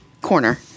corner